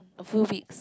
a full